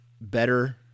better